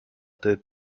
did